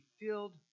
filled